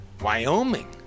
Wyoming